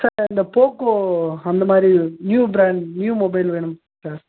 sir இந்த Poco அந்தமாதிரி new brand new mobile வேணும் சார்